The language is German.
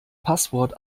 passwort